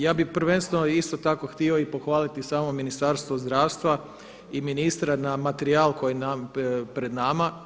Ja bi prvenstveno isto tako htio pohvaliti samo Ministarstvo zdravstva i ministra na materijal koji je pred nama.